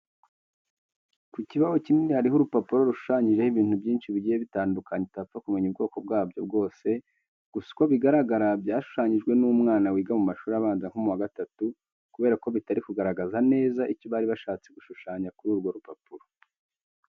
Ku kibaho kinini hariho urupapuro rushushanyijeho ibintu byinshi bigiye bitandukanye utapfa kumenya ubwoko bwabyo byose. Gusa uko bigaragara byashushanyijwe n'umwana wiga mu mashuri abanza nko mu wa gatatu kubera ko bitari kugaragaza neza icyo bari bashatse gushushanya kuri urwo rupapuro.